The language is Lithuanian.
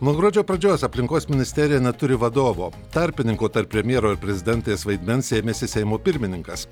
nuo gruodžio pradžios aplinkos ministerija neturi vadovo tarpininko tarp premjero ir prezidentės vaidmens ėmėsi seimo pirmininkas